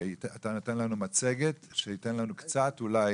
אתה נותן לנו מצגת, שייתן לנו קצת אולי